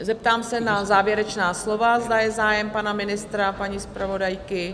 Zeptám se na závěrečná slova, zda je zájem pana ministra a paní zpravodajky?